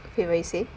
okay what you say